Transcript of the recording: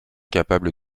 capable